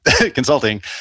consulting